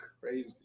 crazy